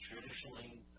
traditionally